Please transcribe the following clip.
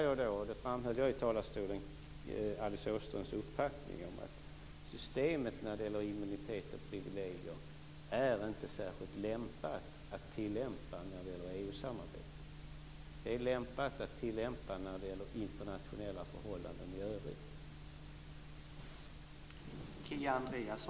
Jag delar Alice Åströms uppfattning om att systemet när det gäller immunitet och privilegier inte är särskilt lämpat att tillämpa i EU-samarbetet. Det är lämpat att tillämpa när det gäller internationella förhållanden i övrigt.